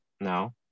No